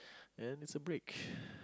and is a break